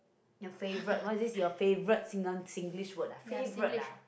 your favourite what is this your favourite Sin~ Singlish word ah favourite ah